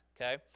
okay